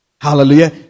Hallelujah